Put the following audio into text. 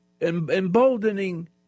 emboldening